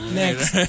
next